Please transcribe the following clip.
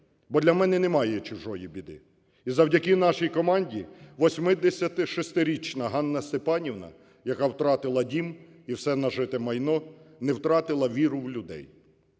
бо для мене немає чужої біди. І завдяки нашій команді 86-річна Ганна Степанівна, яка втратила дім і все нажите майно, не втратила віру в людей.